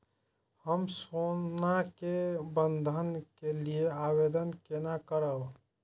हम सोना के बंधन के लियै आवेदन केना करब?